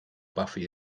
buffy